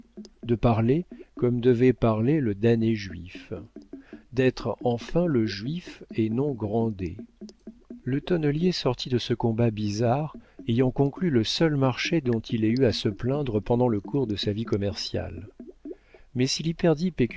de parler comme devait parler le damné juif d'être enfin le juif et non grandet le tonnelier sortit de ce combat bizarre ayant conclu le seul marché dont il ait eu à se plaindre pendant le cours de sa vie commerciale mais s'il y